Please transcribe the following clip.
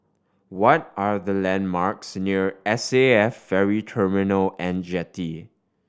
what are the landmarks near S A F Ferry Terminal And Jetty